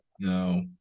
No